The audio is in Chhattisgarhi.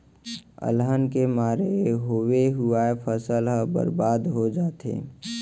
अलहन के मारे होवे हुवाए फसल ह बरबाद हो जाथे